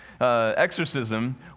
exorcism